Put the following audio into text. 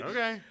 Okay